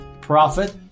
profit